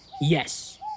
Yes